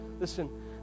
listen